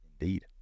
Indeed